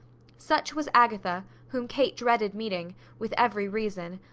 such was agatha, whom kate dreaded meeting, with every reason,